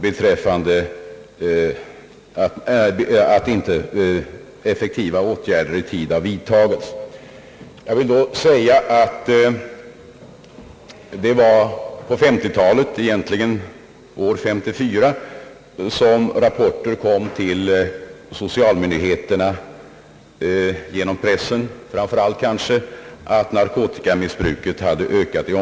Jag vill då säga att det var på 1950 talet, närmare bestämt år 1954, som rapporter kom genom socialmyndigheterna och pressen att narkotikamissbruket hade ökat.